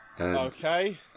Okay